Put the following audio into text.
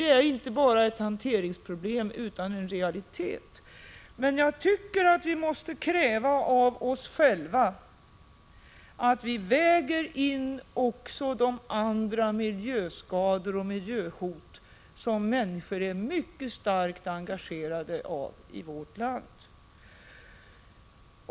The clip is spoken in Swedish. Det här är inte bara ett hanteringsproblem utan en realitet. Jag tycker dock att vi måste kräva av oss själva att vi också väger in andra miljöskador och miljöhot som mycket starkt engagerar människor i vårt land.